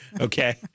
okay